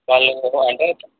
వాళ్ళు అంటే